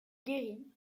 guérit